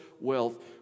wealth